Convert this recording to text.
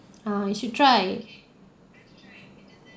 ah you should try